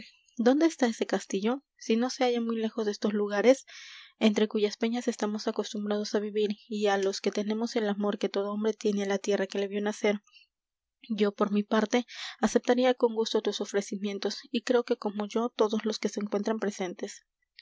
dónde está ese castillo si no se halla muy lejos de estos lugares entre cuyas peñas estamos acostumbrados á vivir y á los que tenemos el amor que todo hombre tiene á la tierra que le vió nacer yo por mi parte aceptaría con gusto tus ofrecimientos y creo que como yo todos los que se encuentran presentes